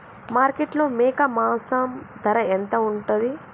మార్కెట్లో మేక మాంసం ధర ఎంత ఉంటది?